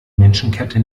menschenkette